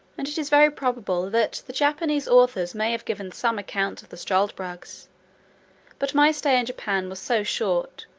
and it is very probable, that the japanese authors may have given some account of the struldbrugs but my stay in japan was so short,